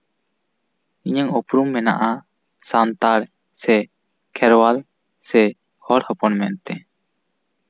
ᱤᱧᱟᱹᱜ ᱩᱯᱨᱩᱢ ᱢᱮᱱᱟᱜᱼᱟ ᱥᱟᱱᱛᱟᱲ ᱛᱮ ᱠᱷᱮᱨᱣᱟᱞ ᱥᱮ ᱦᱚᱲ ᱦᱚᱯᱚᱱ ᱢᱮᱱᱛᱮ